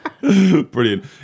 Brilliant